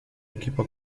equipo